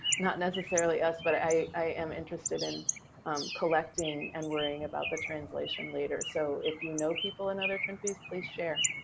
not necessarily us. but i am interested in collecting and worrying about the translation later. so if you know people in other countries, please share.